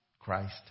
Christ